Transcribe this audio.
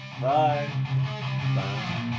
bye